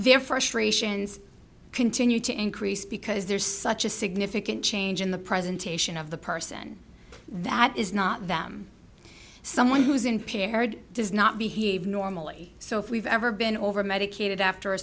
their frustrations continue to increase because there's such a significant change in the presentation of the person that is not them someone who's in peer herd does not behave normally so if we've ever been over medicated after